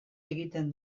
egiten